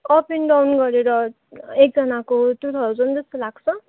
up and down गरेर एकजनाको two thousand जस्तो लाग्छ